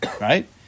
right